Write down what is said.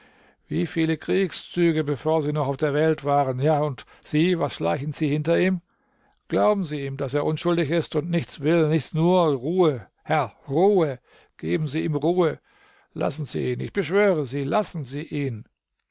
wie viele kriegszüge bevor sie noch auf der welt waren ja und sie was schleichen sie hinter ihm glauben sie ihm daß er unschuldig ist und nichts will nichts nur ruhe herr ruhe geben sie ihm ruhe lassen sie ihn ich beschwöre sie lassen sie ihn